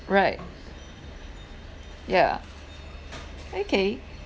right yeah okay